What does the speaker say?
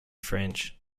french